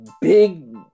big